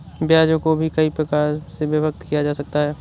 ब्याजों को भी कई प्रकार से विभक्त किया जा सकता है